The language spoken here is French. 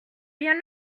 bien